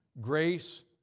Grace